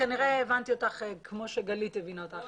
כנראה הבנתי אותך כמו שגלית הבינה אותך.